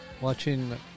watching